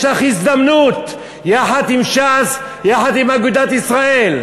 יש לך הזדמנות, יחד עם ש"ס, יחד עם אגודת ישראל.